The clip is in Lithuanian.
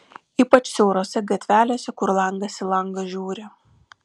ypač siaurose gatvelėse kur langas į langą žiūri